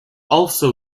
also